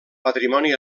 patrimoni